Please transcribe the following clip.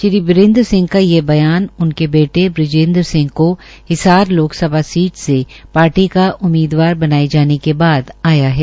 श्री बीरेन्द्र सिंह का यह बयान उनके बेटे बजेन्द्र सिंह को हरियाणा की हिसार लोकसभा सीट से पार्टी का उम्मीदवार बनाए जाने के बाद आया है